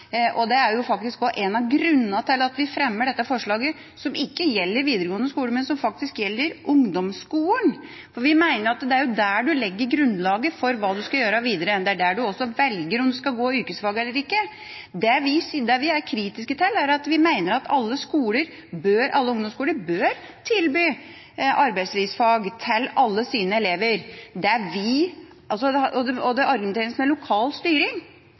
Det er faktisk også en av grunnene til at vi fremmer dette forslaget som ikke gjelder videregående skole, men som faktisk gjelder ungdomsskolen, for vi mener at det er jo der en legger grunnlaget for hva en skal gjøre videre. Det er også der en velger om en skal gå på yrkesfag eller ikke. Det vi er kritiske til – vi mener at alle ungdomsskoler bør tilby arbeidslivsfag til alle sine elever – er at det